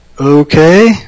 okay